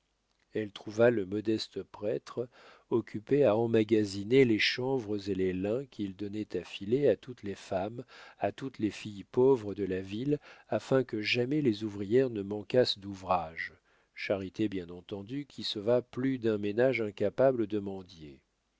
elle trouva le modeste prêtre occupé à emmagasiner les chanvres et les lins qu'il donnait à filer à toutes les femmes à toutes les filles pauvres de la ville afin que jamais les ouvrières ne manquassent d'ouvrage charité bien entendue qui sauva plus d'un ménage incapable de mendier